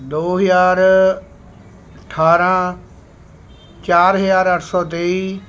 ਦੋ ਹਜ਼ਾਰ ਅਠਾਰ੍ਹਾਂ ਚਾਰ ਹਜ਼ਾਰ ਅੱਠ ਸੌ ਤੇਈ